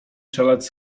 czeladź